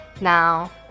Now